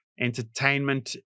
entertainment